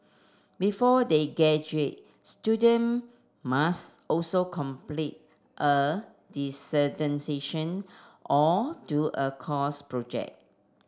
before they graduate student must also complete a or do a course project